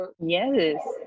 yes